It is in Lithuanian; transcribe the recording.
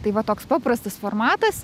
tai va toks paprastas formatas